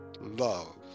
love